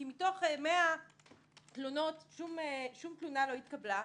כי מתוך 100 תלונות שום תלונה לא התקבלה,